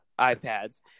iPads